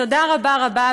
תודה רבה רבה,